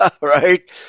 Right